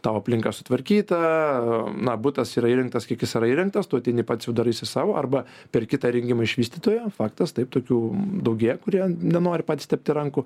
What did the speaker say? tau aplinka sutvarkyta na butas yra įrengtas kiek jis yra įrengtas tu ateini pats jau daraisi sau arba perki tą rengimą iš vystytojo faktas taip tokių daugėja kurie nenori patys tepti rankų